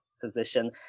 position